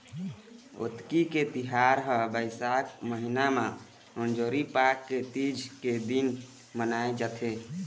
अक्ती के तिहार ह बइसाख महिना म अंजोरी पाख के तीज के दिन मनाए जाथे